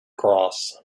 cross